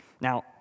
Now